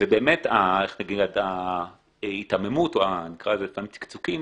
ובאמת ההיתממות, או נקרא לזה צקצוקים,